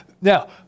Now